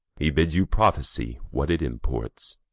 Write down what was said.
he bids you prophesy what it imports.